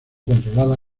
controlada